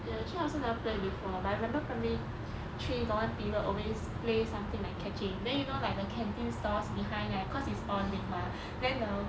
ya actually I also never play before but I remember primary three got one period always play something like catching then you know like the canteen stalls behind ah cause it's all link mah then the